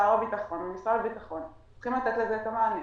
שר הביטחון ומשרד הביטחון צריכים לתת לזה את המענה.